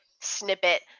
snippet